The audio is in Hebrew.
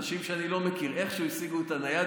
אנשים שאני לא מכיר איכשהו השיגו את הנייד